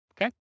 Okay